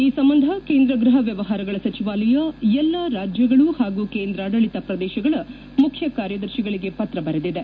ಈ ಸಂಬಂಧ ಕೇಂದ್ರ ಗೃಹ ವ್ಯವಹಾರಗಳ ಸಚಿವಾಲಯ ಎಲ್ಲ ರಾಜ್ಯಗಳು ಹಾಗೂ ಕೇಂದ್ರಾಡಳಿತ ಪ್ರದೇಶಗಳ ಮುಖ್ಯ ಕಾರ್ಯದರ್ತಿಗಳಿಗೆ ಪತ್ರ ಬರೆದಿದೆ